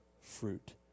fruit